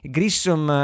Grissom